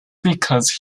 because